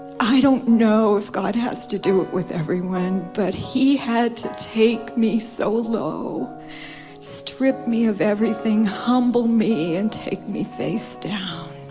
i don't know if god has to do it with everyone but. he, had to take me solo strip me of everything humbled, me and take me facedown